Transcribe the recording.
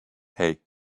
hey